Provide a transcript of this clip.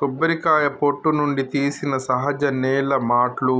కొబ్బరికాయ పొట్టు నుండి తీసిన సహజ నేల మాట్లు,